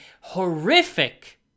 horrific